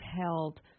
held